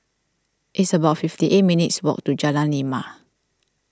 it's about fifty eight minutes' walk to Jalan Lima